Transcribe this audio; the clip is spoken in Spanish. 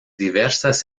diversas